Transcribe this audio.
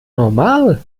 normal